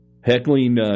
heckling